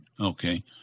Okay